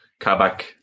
Kabak